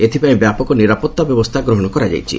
ଏଥିପାଇଁ ବ୍ୟାପକ ନିରାପତ୍ତା ବ୍ୟବସ୍ଥା ଗ୍ହଣ କରାଯାଇଛି